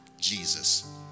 Jesus